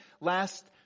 last